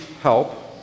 help